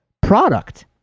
product